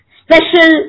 special